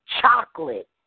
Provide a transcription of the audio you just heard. chocolate